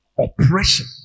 Oppression